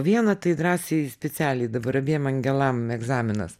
vieną tai drąsiai specialiai dabar abiem angelam egzaminas